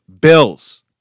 bills